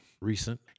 recent